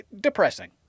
depressing